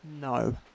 No